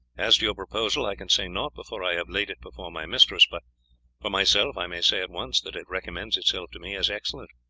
as to your proposal i can say naught before i have laid it before my mistress, but for myself i may say at once that it recommends itself to me as excellent.